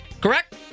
Correct